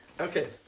Okay